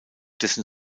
dessen